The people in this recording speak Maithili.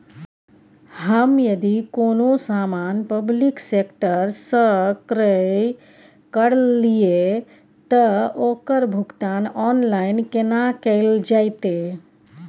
हम यदि कोनो सामान पब्लिक सेक्टर सं क्रय करलिए त ओकर भुगतान ऑनलाइन केना कैल जेतै?